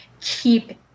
keep